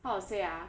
how to say ah